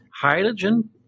hydrogen